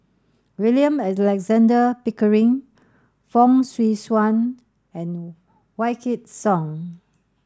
William Alexander Pickering Fong Swee Suan and Wykidd Song